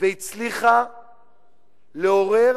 והצליחה לעורר,